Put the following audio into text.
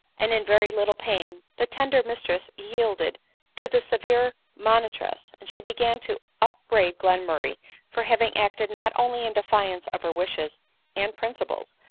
and in very little pain, the tender mistress yielded to the severe mon itress, and she began to upbraid glenmurray for having acted not only in defiance of her wishes and principles,